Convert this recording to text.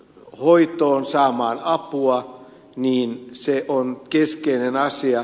hoitoon saamaan apua on keskeinen asia